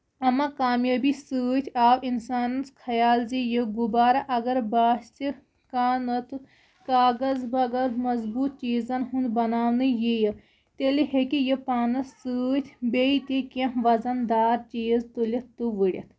اَما کامیٲبی سۭتۍ آو اِنسانس خیال زِ یہِ غُبارٕ اَگر باسہِ کانہہ نہ تہٕ کاغذ بَغٲر مضبوٗط چیٖزن ہُند بَناونہٕ ییہِ تیٚلہِ ہٮ۪کہِ یہِ پانَس سۭتۍ بیٚیہِ تہِ کیٚنہہ وَزن دار چیٖز تُلِتھ تہٕ وُڑِتھ